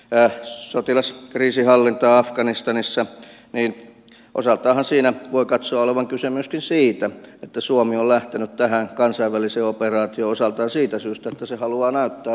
päät sotilas kriisinhallinta afganistanissa ei osaa tai siinä voi katsoa olevan kyse myöskin siitä että suomihan on osallistunut tähän kansainväliseen operaatioon osaltaan siitä syystä se haluaa näyttää